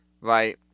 right